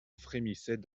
frémissaient